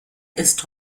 ist